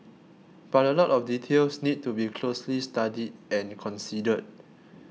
but a lot of details need to be closely studied and considered